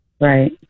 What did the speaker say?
right